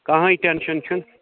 کَہَے tension چھُنہٕ